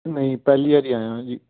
ਨਹੀਂ ਪਹਿਲੀ ਵਾਰੀ ਆਇਆ ਜੀ